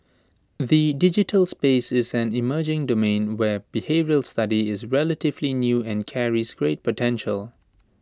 the digital space is an emerging domain where behavioural study is relatively new and carries great potential